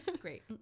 great